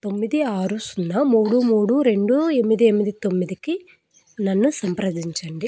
తొమ్మిది ఆరు సున్నా మూడు మూడు రెండు ఎనిమిది ఎనిమిది తొమ్మిదికి నన్ను సంప్రదించండి